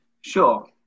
Sure